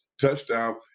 Touchdown